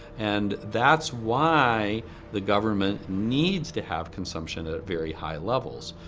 and that's why the government needs to have consumption at very high levels,